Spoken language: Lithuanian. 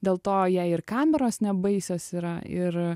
dėl to jai ir kameros nebaisios yra ir